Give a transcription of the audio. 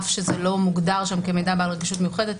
אף שזה לא מוגדר שם כ"מידע בעל רגישות מיוחדת".